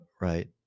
right